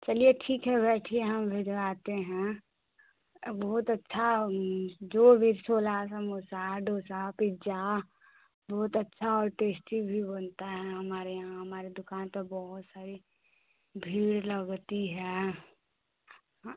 चलिए ठीक हे बैठिए हम भिजवाते हें अ बहुत अच्छा जो भी छोला समोसा डोसा पिज्जा बहुत अच्छा और टैस्टी भी बनता है हमारे यहाँ हमारे दुकान पर बहुत सारी भीड़ लगती हे